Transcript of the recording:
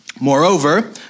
Moreover